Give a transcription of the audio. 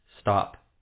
Stop